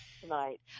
tonight